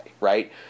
right